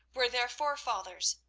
were their forefathers,